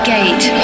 Gate